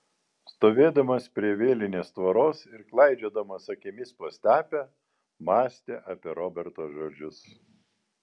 stovėdamas prie vielinės tvoros ir klaidžiodamas akimis po stepę mąstė apie roberto žodžius